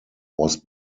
was